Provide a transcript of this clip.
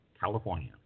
California